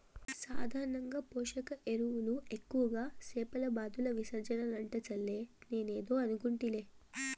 సాధారణంగా పోషక ఎరువులు ఎక్కువగా చేపల బాతుల విసర్జనలంట చెల్లే నేనేదో అనుకుంటిలే